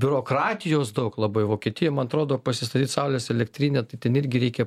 biurokratijos daug labai vokietijoj man atrodo pasistatyt saulės elektrinę tai ten irgi reikia